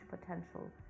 potential